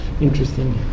interesting